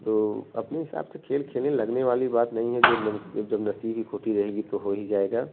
तो अपने हिसाब से खेल खेलें लगने वाली बात नहीं हैं जब नसीब ही खोटी रहेगी तो हो ही जाएगा